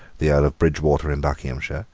the earl of bridgewater in buckinghamshire,